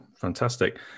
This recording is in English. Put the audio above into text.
Fantastic